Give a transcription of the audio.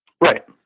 right